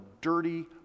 dirty